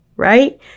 right